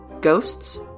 Ghosts